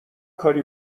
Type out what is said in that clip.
کاری